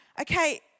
okay